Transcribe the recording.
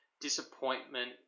disappointment